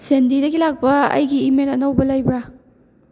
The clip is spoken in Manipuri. ꯁꯦꯟꯗꯤꯗꯒꯤ ꯂꯥꯛꯄ ꯑꯩꯒꯤ ꯏꯃꯦꯜ ꯑꯅꯧꯕ ꯂꯩꯕ꯭ꯔꯥ